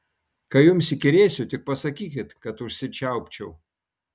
kai jums įkyrėsiu tik pasakykit kad užsičiaupčiau